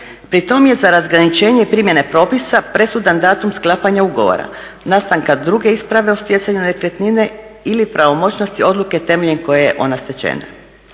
Pri tom je za razgraničenje primjene propisa presudan datum sklapanja ugovora, nastanka druge isprave o stjecanju nekretnine ili pravomoćnosti odluke temeljem koje je ona stečena.